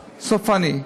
סופני.